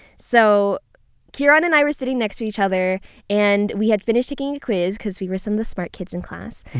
so ciaran and i were sitting next to each other and we had finished taking a quiz because we were some of the smart kids in class.